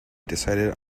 decided